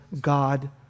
God